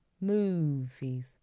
movies